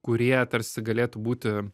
kurie tarsi galėtų būti